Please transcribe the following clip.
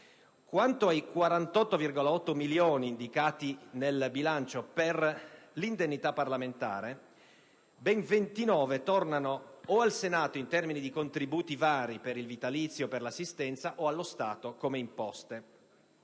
Quanto ai 48,8 milioni indicati nel bilancio per l'indennità parlamentare, ben 29 tornano al Senato in termini di contributi vari per il vitalizio o l'assistenza o allo Stato come imposte.